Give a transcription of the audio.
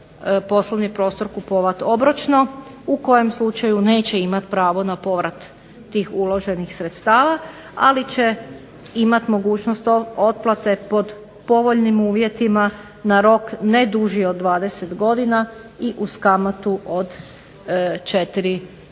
poslovni prostor kupovati obročno u kojem slučaju neće imati pravo na povrat tih uloženih sredstava, ali će imati mogućnost otplate po povoljnim uvjetima na rok ne duži od 20 godina i uz kamatu od 4%.